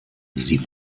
sie